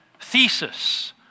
thesis